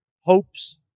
hopes